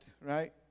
right